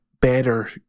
better